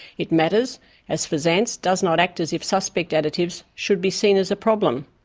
it matters as fsanz does not act as if suspect additives should be seen as a problem,